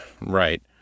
Right